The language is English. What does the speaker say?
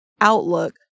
outlook